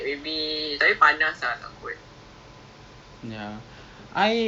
thirty minutes one hour ten token by pedal bicycle